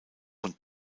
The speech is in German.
und